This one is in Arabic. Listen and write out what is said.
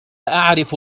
أعرف